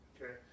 Okay